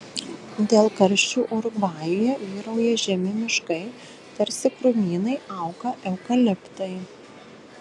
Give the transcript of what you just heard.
dėl karščių urugvajuje vyrauja žemi miškai tarsi krūmynai auga eukaliptai